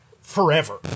forever